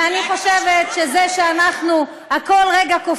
אולי צריך להירגע גם מהשחיתות, חברת הכנסת קורן?